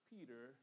Peter